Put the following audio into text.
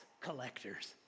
collectors